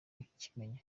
ukimenya